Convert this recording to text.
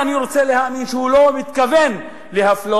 שאני רוצה להאמין שגם הוא לא מתכוון להפלות,